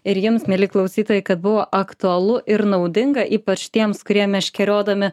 ir jiems mieli klausytojai kad buvo aktualu ir naudinga ypač tiems kurie meškeriodami